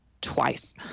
twice